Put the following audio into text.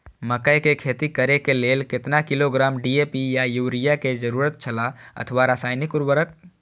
मकैय के खेती करे के लेल केतना किलोग्राम डी.ए.पी या युरिया के जरूरत छला अथवा रसायनिक उर्वरक?